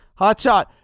Hotshot